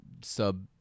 sub